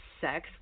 Sex